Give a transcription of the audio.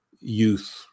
youth